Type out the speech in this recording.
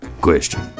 Question